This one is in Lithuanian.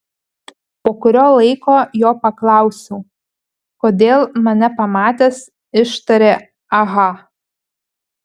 po kurio laiko jo paklausiau kodėl mane pamatęs ištarė aha